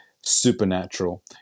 supernatural